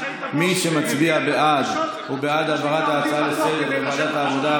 מי שמצביע בעד הוא בעד העברת ההצעה לסדר-היום לוועדת העבודה,